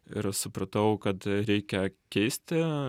ir supratau kad reikia keisti